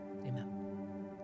Amen